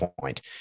point